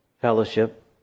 fellowship